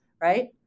Right